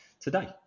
today